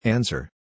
Answer